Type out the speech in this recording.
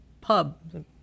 pub